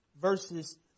verses